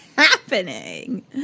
happening